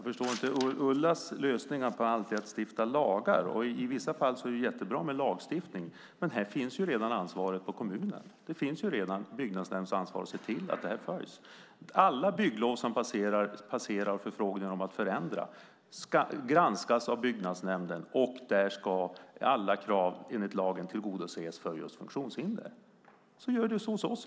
Fru talman! Ulla Anderssons lösning är att stifta lagar. I vissa fall är det bra med lagstiftning, men här finns redan ansvaret på kommunen. Det finns redan byggnadsnämndsansvar att se till att reglerna följs. Alla bygglov som passerar och förfrågningar om att förändra ska granskas av byggnadsnämnden. Där ska alla krav enligt lagen tillgodoses för just funktionshindrade. Så är det hos oss i Umeå.